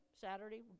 Saturday